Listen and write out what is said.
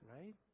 right